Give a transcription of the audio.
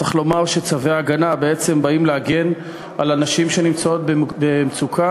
צריך לומר שצווי ההגנה בעצם באים להגן על הנשים שנמצאות במצוקה.